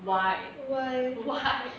why why